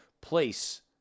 place